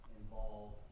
involve